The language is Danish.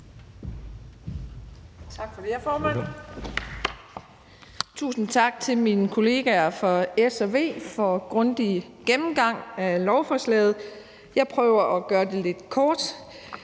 Tak for det, formand. Tusind tak til mine kollegaer fra S og V for en grundig gennemgang af lovforslaget. Jeg prøver at gøre det lidt kort.